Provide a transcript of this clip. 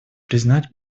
признать